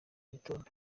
gitondo